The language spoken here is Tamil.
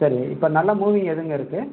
சரி இப்போ நல்லா மூவிங் எதுங்க இருக்குது